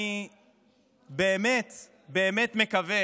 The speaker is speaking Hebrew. אני באמת מקווה